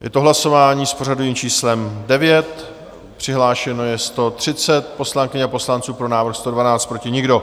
Je to hlasování s pořadovým číslem 9, přihlášeno je 130 poslankyň a poslanců, pro návrh 112, proti nikdo.